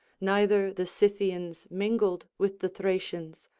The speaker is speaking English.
neither the scythians mingled with the thracians,